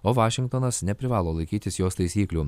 o vašingtonas neprivalo laikytis jos taisyklių